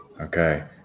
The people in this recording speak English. Okay